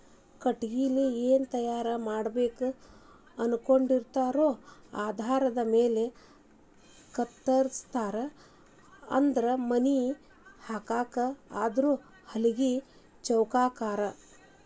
ಕಟಗಿಲೆ ಏನ ತಯಾರ ಮಾಡಬೇಕ ಅನಕೊಂಡಿರತಾರೊ ಆಧಾರದ ಮ್ಯಾಲ ಕತ್ತರಸ್ತಾರ ಅಂದ್ರ ಮನಿ ಹಾಕಾಕ ಆದ್ರ ಹಲಗಿ ಚೌಕಾಕಾರಾ